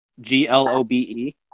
G-L-O-B-E